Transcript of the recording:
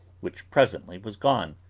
which presently was gone,